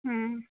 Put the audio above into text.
हाँ